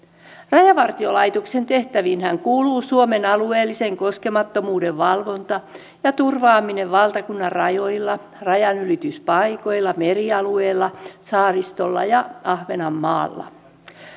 rajavartiolaitoksen tehtäviinhän kuuluu suomen alueellisen koskemattomuuden valvonta ja turvaaminen valtakunnanrajoilla rajanylityspaikoilla merialueilla saaristossa ja ahvenanmaalla